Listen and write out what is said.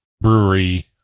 brewery